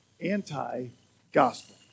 anti-gospel